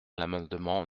l’amendement